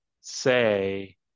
say